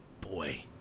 boy